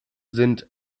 sind